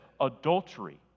adultery